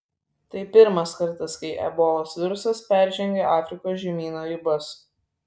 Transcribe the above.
tai pirmas kartas kai ebolos virusas peržengė afrikos žemyno ribas